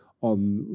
on